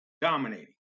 dominating